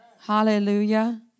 Hallelujah